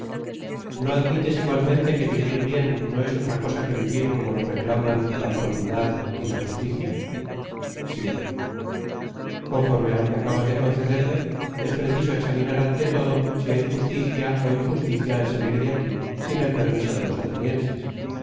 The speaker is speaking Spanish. no admites igualmente que vivir bien no es otra cosa que vivir como lo reclaman la probidad y la justicia sí ck nforme á lo que acabas de concederme es preciso examinar ante todo si hay justicia ó injusticia en salir de aquí sin el permiso de los